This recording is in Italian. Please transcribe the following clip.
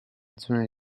zone